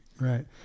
Right